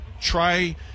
try –